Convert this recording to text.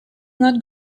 not